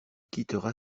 quittera